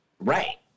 Right